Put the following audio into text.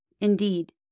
Indeed